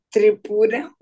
Tripura